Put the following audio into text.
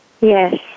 Yes